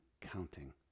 counting